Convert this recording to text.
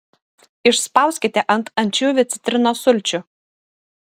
išspauskite ant ančiuvių citrinos sulčių